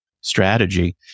strategy